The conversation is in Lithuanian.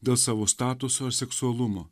dėl savo statuso ar seksualumo